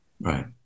right